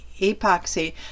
epoxy